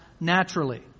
naturally